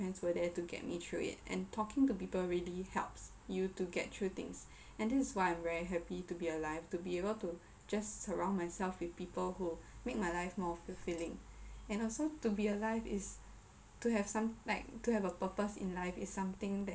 friends where there to get me through it and talking to people really helps you to get through things and that is why I'm very happy to be alive to be able to just surround myself with people who make my life more fulfilling and also to be alive is to have some like to have a purpose in life is something that